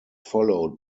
followed